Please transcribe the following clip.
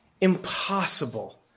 impossible